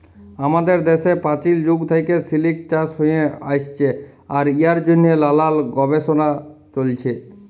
আমাদের দ্যাশে পাচীল যুগ থ্যাইকে সিলিক চাষ হ্যঁয়ে আইসছে আর ইয়ার জ্যনহে লালাল গবেষলা চ্যলে